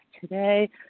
Today